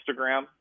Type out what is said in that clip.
Instagram